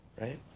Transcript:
Right